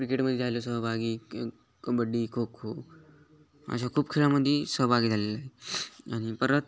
क्रिकेटमध्ये झालेलो सहभागी कबड्डी खोखो अशा खूप खेळामध्ये सहभागी झालेले आहे आणि परत